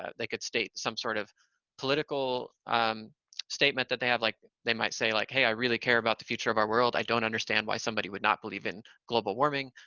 they could state some sort of political statement that they have like they might say like, hey, i really care about the future of our world. i don't understand why somebody would not believe in global warming.